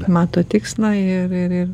mato tikslą ir ir ir